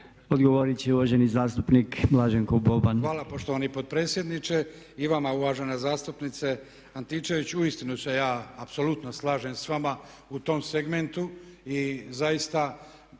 Odgovorit će uvaženi zastupnik Blaženko Boban. **Boban, Blaženko (HDZ)** Hvala poštovani potpredsjedniče. I vama uvažena zastupnice Antičević, uistinu se ja apsolutno slažem s vama u tom segmentu i zaista